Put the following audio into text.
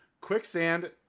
Quicksand